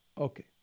Okay